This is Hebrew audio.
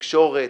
התקשורת,